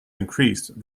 increased